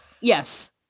Yes